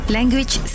Language